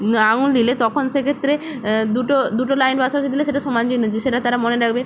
আঙুল দিলে তখন সেক্ষেত্রে দুটো দুটো লাইন পাশাপাশি দিলে সেটা সমান চিহ্ন হচ্ছে সেটা তারা মনে রাখবে